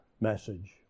message